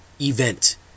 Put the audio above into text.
event